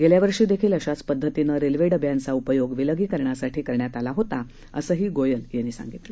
गेल्या वर्षी देखील अशाच पद्धतीनं रेल्वे डब्यांचा उपयोग विलगीकरणासाठी करण्यात आला होता असंही गोयल यांनी सांगितलं